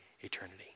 eternity